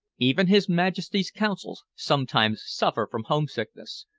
even his majesty's consuls sometimes suffer from homesickness,